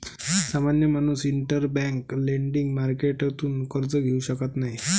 सामान्य माणूस interbank lending मार्केटतून कर्ज घेऊ शकत नाही